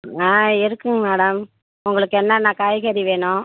ஆ இருக்குதுங்க மேடம் உங்களுக்கு என்னன்ன காய்கறி வேணும்